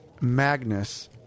Magnus